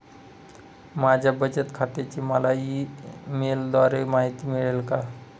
माझ्या बचत खात्याची मला ई मेलद्वारे माहिती मिळेल का?